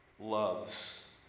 loves